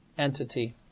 entity